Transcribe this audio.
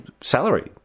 salary